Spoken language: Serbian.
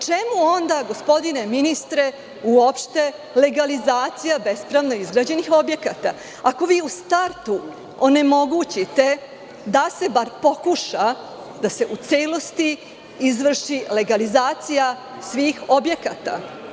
Čemu onda, gospodine ministre, uopšte legalizacija bespravno izgrađenih objekata, ako vi u startu onemogućite da se bar pokuša da se u celosti izvrši legalizacija svih objekata?